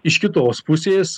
iš kitos pusės